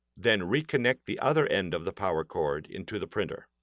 then, reconnect the other end of the power cord into the printer.